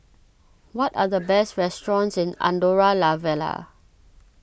what are the best restaurants in Andorra La Vella